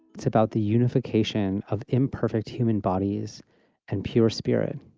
it's about the unification of imperfect human bodies and pure spirit.